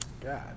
God